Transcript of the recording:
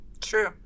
True